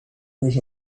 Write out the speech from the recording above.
was